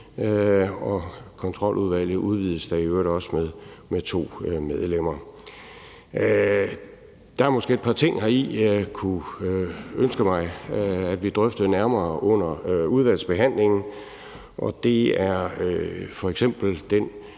Kontroludvalget udvides da i øvrigt også med 2 medlemmer. Der er måske et par ting heri, jeg kunne ønske mig at vi drøftede nærmere under udvalgsbehandlingen, og det er f.eks. den